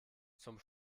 zum